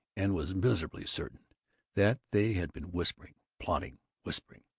and was miserably certain that they had been whispering plotting whispering.